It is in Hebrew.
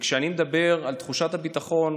וכשאני מדבר על תחושת הביטחון,